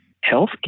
health